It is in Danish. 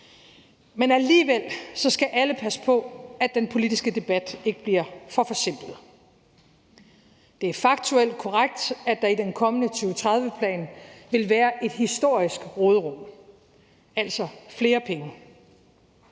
Men alligevel skal alle passe på, at den politiske debat ikke bliver for forsimplet. Det er faktuelt korrekt, at der i den kommende 2030-plan vil være et historisk råderum, altså flere penge.